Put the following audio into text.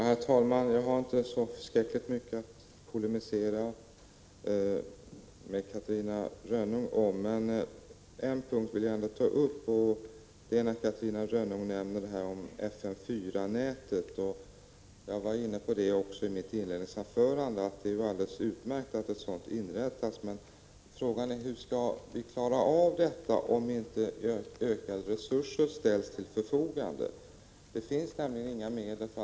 Herr talman! Jag har inte så förskräckligt mycket att polemisera med Catarina Rönnung om, men en punkt vill jag ändå ta upp. Hon nämnde FM 4-nätet. I mitt inledningsanförande var också jag inne på att det är alldeles utmärkt att ett sådant inrättas. Frågan är bara: Hur skall vi klara av detta om inte ökade resurser ställs till förfogande? Det finns nämligen inga 21 Prot.